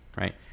right